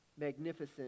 magnificent